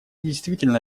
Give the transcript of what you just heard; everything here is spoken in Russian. действительно